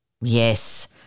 Yes